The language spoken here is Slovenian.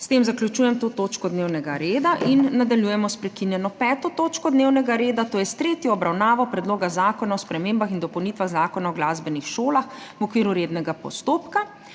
S tem zaključujem to točko dnevnega reda. Nadaljujemo s prekinjeno 5. točko dnevnega reda, to je s tretjo obravnavo Predloga zakona o spremembah in dopolnitvah Zakona o glasbenih šolah v okviru rednega postopka.